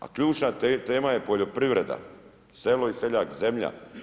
A ključna tema je poljoprivreda, selo i seljak, zemlja.